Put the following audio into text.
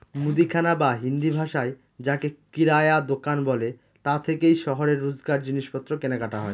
মুদিখানা বা হিন্দিভাষায় যাকে কিরায়া দুকান বলে তা থেকেই শহরে রোজকার জিনিসপত্র কেনাকাটা হয়